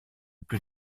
plus